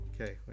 Okay